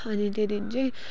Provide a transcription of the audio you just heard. अनि त्यो दिन चाहिँ